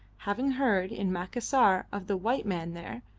having heard in macassar of the white man there,